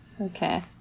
Okay